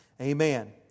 Amen